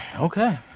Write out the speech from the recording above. okay